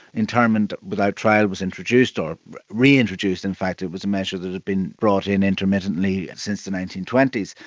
internment without trial was introduced or reintroduced. in fact it was a measure that had been brought in intermittently since the nineteen twenty s.